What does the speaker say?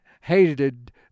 hated